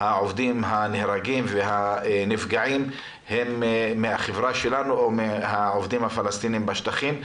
העובדים הנהרגים והנפגעים הם מהחברה שלנו או מהעובדים הפלסטינים בשטחים.